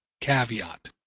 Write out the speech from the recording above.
caveat